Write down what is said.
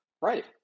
Right